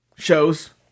Shows